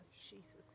Jesus